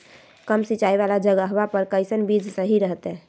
कम सिंचाई वाला जगहवा पर कैसन बीज सही रहते?